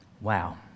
Wow